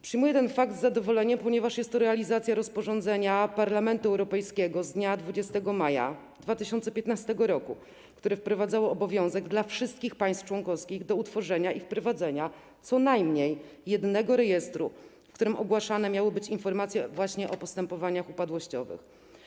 Przyjmuję ten fakt z zadowoleniem, ponieważ jest to realizacja rozporządzenia Parlamentu Europejskiego z dnia 20 maja 2015 r., które wprowadzało dla wszystkich państw członkowskich obowiązek utworzenia i prowadzenia co najmniej jednego rejestru, w którym ogłaszane miały być informacje właśnie o postępowaniach upadłościowych.